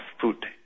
Food